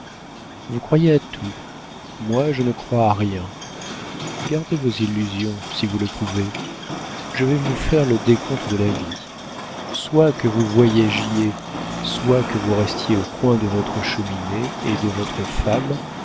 vous croyez à tout moi je ne crois à rien gardez vos illusions si vous le pouvez je vais vous faire le décompte de la vie soit que vous voyagiez soit que vous restiez au coin de votre cheminée et de votre femme